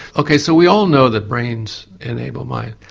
okay so we all know that brains enable minds.